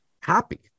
happy